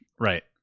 Right